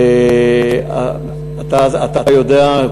אתה יודע,